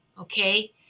Okay